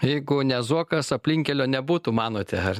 jeigu ne zuokas aplinkkelio nebūtų manote ar